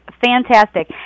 fantastic